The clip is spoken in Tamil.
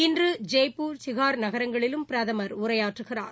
இன்று ஜெய்ப்பூர் சிகார் நகரங்களிலும் பிரதமர் உரையாற்றுகிறார்